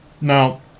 Now